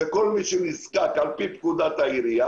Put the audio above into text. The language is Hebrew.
כל מי שמוגדר "נזקק" מקבל עזרה על פי פקודת העירייה